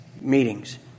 meetings